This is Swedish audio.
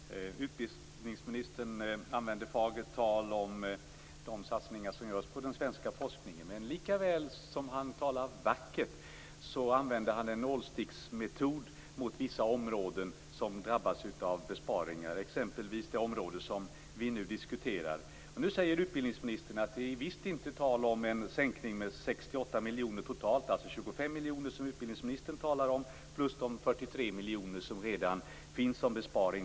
Herr talman! Utbildningsministern använder fagert tal om de satsningar som görs på den svenska forskningen. Men lika väl som han talar vackert använder han en nålsticksmetod mot vissa områden som drabbas av besparingar, t.ex. det område som vi nu diskuterar. Nu säger utbildningsministern att det visst inte är tal om en sänkning med 68 miljoner totalt, alltså de 25 miljoner som utbildningsministern talar om plus de 43 miljoner som redan finns där som besparing.